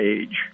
age